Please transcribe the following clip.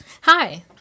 hi